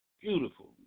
beautiful